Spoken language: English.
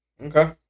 Okay